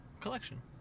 Collection